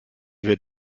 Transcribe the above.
wir